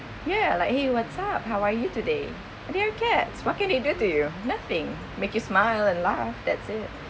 ya like !hey! what's up how are you today and they are cats what can they do to you nothing make you smile and laugh that's it